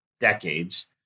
decades